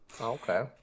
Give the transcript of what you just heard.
okay